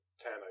Ten